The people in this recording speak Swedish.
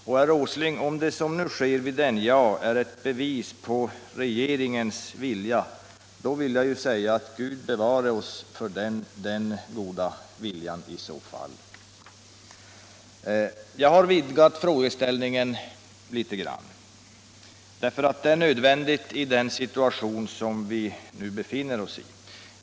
Och, herr Åsling, om det som nu sker vid NJA är ett bevis på regeringens vilja — så Gud bevare oss för den goda viljan i så fall. Jag har vidgat frågeställningen litet grand därför att det är nödvändigt i den situation som vi nu befinner oss i.